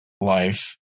life